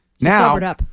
Now